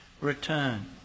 return